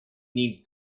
needs